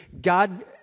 God